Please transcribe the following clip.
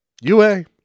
UA